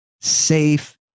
safe